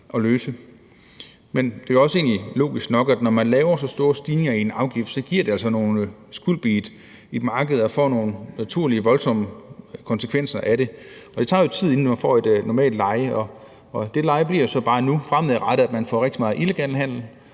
at løse. Men det er jo egentlig også logisk nok, at når man laver så store stigninger i en afgift, giver det altså nogle skvulp i et marked, og det får naturligt nogle voldsomme konsekvenser. Det tager jo tid, inden det får et normalt leje, og det leje indebærer så bare fremadrettet, at man får rigtig meget illegal handel.